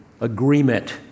agreement